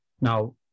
Now